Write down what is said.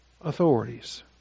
authorities